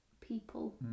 people